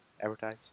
advertise